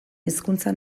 hizkuntza